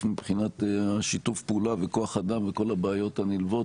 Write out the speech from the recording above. מבחינת שיתוף הפעולה וכוח האדם וכול הבעיות הנילוות,